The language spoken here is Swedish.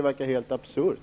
Det verkar helt absurt.